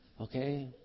Okay